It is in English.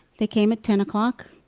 they came at ten o'clock,